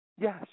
Yes